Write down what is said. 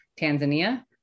Tanzania